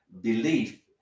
belief